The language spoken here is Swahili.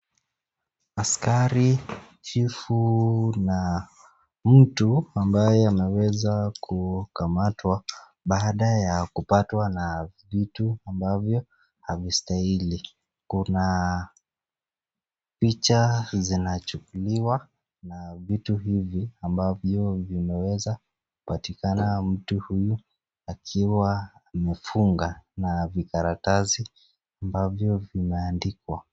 Askari, chifu na mtu ambaye anaweza kukamatwa baada ya kupatwa na vitu ambavyo havistahili. Kuna picha zinachukuliwa na vitu hivi ambavyo vimeweza kupatikana mtu huyu akiwa amefunga na vikaratasi ambavyo vimeandikwa.